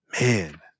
Man